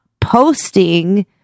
posting